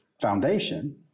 Foundation